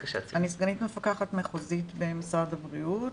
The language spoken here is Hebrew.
סגנית מפקחת מחוזית במשרד הבריאות.